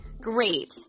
great